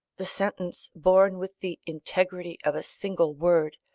the sentence, born with the integrity of a single word,